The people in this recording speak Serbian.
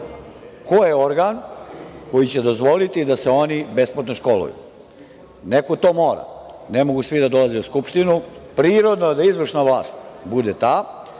ko je organ koji će dozvoliti da se oni besplatno školuju. Neko to mora, ne mogu svi da dolaze u Skupštinu. Prirodno je da izvršna vlast bude ta,